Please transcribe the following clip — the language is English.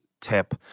tip